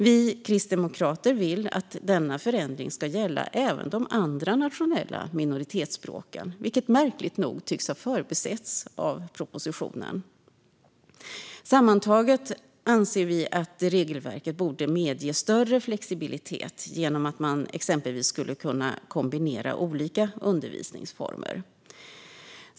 Vi kristdemokrater vill att denna förändring även ska gälla för de andra nationella minoritetsspråken, vilket märkligt nog tycks ha förbisetts i propositionen. Sammantaget anser vi att regelverket borde medge större flexibilitet genom att man exempelvis skulle kunna kombinera olika undervisningsformer.